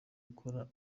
gukora